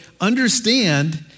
understand